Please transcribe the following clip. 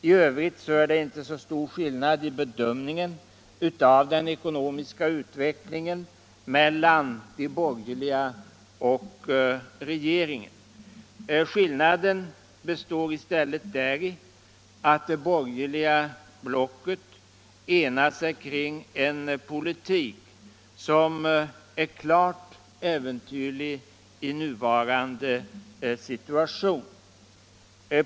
I övrigt är det inte så stor skillnad i bedömningen av den ekonomiska utvecklingen mellan de borgerliga och regeringen. Skillnaden består i stället däri, att det borgerliga blocket enat sig kring en politik som är klart äventyrlig i nuvarande situation.